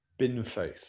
Binface